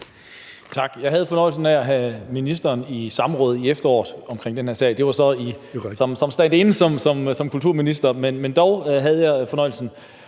Tak. Jeg havde fornøjelsen af at have ministeren i samråd i efteråret om den her sag. Det var så som standin for kulturministeren, men dog havde jeg fornøjelsen.